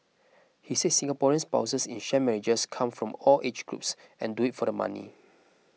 he said Singaporean spouses in sham marriages come from all age groups and do it for the money